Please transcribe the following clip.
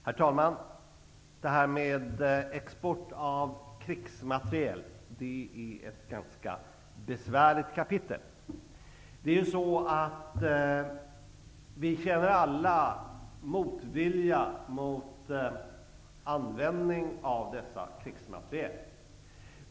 Herr talman! Export av krigsmateriel är ett ganska besvärligt kapitel. Vi känner alla motvilja mot användning av dessa krigsmateriel.